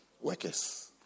Workers